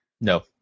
No